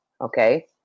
Okay